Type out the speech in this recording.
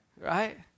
Right